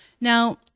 Now